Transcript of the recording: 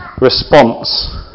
response